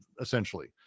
essentially